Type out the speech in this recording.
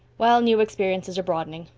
well, new experiences are broadening.